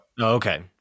Okay